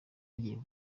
agiye